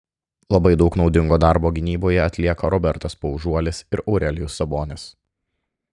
labai daug naudingo darbo gynyboje atlieka robertas paužuolis ir aurelijus sabonis